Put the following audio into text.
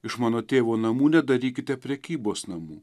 iš mano tėvo namų nedarykite prekybos namų